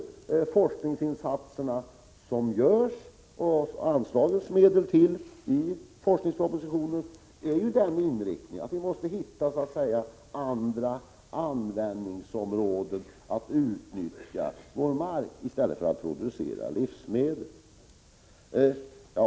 De forskningsinsatser som görs och de anslagna medlen i forskningspropositionen är inriktade på att vi måste hitta andra användningsområden för vår åkerareal än att producera livsmedel.